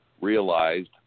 realized